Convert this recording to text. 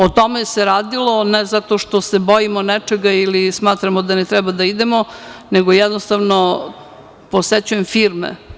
O tome se radilo, ne zato što se bojimo nečega ili smatramo da ne treba da idemo, nego jednostavno posećujem firme.